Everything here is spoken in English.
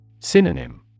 Synonym